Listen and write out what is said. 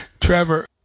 Trevor